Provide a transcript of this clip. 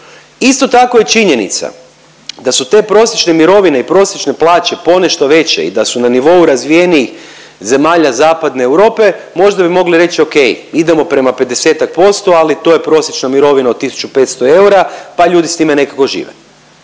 Isto tako je činjenica da su te prosječne mirovine i prosječne plaće ponešto veće i da su na nivou razvijenijih zemalja zapadne Europe, možda bi mogli reći, okej, idemo prema 50-ak posto, ali to je prosječna mirovina od 1500 eura pa ljudi s time nekako žive.